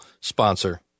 sponsor